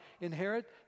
inherit